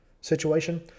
situation